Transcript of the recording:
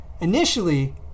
initially